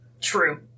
True